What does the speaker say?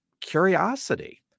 curiosity